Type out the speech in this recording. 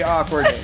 Awkward